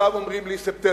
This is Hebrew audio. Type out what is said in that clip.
עכשיו אומרים לי, ספטמבר.